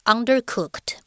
Undercooked